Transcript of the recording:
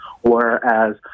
whereas